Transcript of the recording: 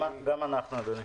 גם אנחנו, אדוני.